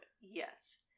yes